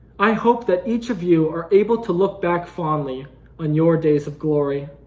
i hope that each of you are able to look back fondly on your days of glory.